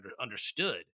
understood